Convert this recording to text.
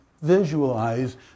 visualize